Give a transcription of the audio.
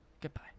Goodbye